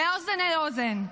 מאוזן לאוזן.